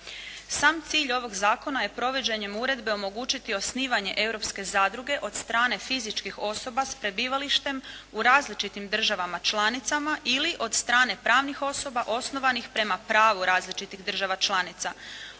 Sam cilj ovog zakona je provođenjem uredbe omogućiti osnivanje europske zadruge od strane fizičkih osoba s prebivalištem u različitim državama članica ili od strane pravnih osoba osnovanih prema pravu različitih država članica.